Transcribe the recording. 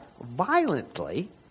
violently